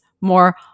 more